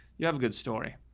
you have a good story.